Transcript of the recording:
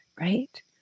right